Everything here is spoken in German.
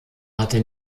hatte